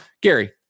gary